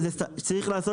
צריך לעשות